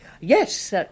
Yes